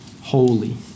holy